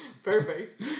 Perfect